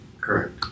correct